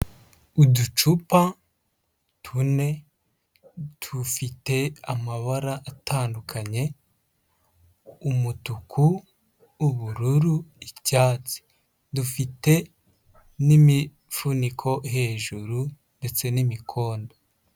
Uducupa tune dufite amabara atandukanye, umutuku, ubururu, icyatsi, dufite n'imifuniko hejuru ndetse n'imikondo.